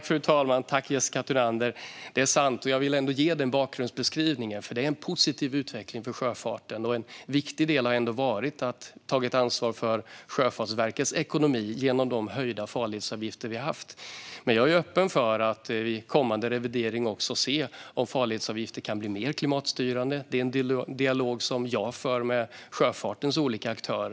Fru talman! Tack, Jessica Thunander! Det är sant. Jag ville ändå ge den bakgrundsbeskrivningen. Det är nämligen en positiv utveckling för sjöfarten. En viktig del har varit att ta ansvar för Sjöfartsverkets ekonomi genom de höjda farledsavgifterna. Jag är öppen för att i kommande revidering titta på om farledsavgifter kan bli mer klimatstyrande. Det är en dialog som jag för med sjöfartens olika aktörer.